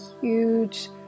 huge